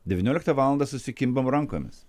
devynioliktą valandą susikimbam rankomis